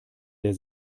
der